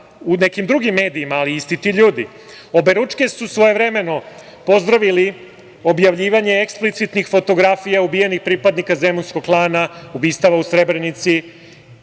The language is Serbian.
u nekim drugim medijima, ali isti ti ljudi, oberučke su svojevremeno pozdravili objavljivanje eksplicitnih fotografija ubijenih pripadnika zemunskog klana, ubistava u Srebrenici,